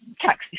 taxi